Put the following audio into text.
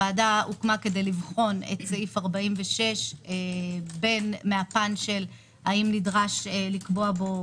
כדי לבחון את סעיף 46 בין מהפן של האם נדרש לקבוע בו